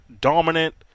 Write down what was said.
dominant